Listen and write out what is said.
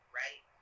right